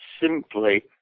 simply